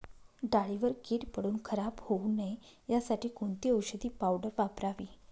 डाळीवर कीड पडून खराब होऊ नये यासाठी कोणती औषधी पावडर वापरावी?